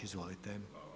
Izvolite.